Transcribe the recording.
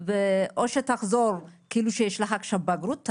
או שתחזור כאילו שיש לך עכשיו בגרות,